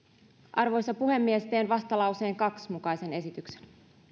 arvoisa puhemies teen vastalauseen kahden mukaisen esityksen